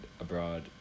abroad